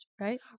right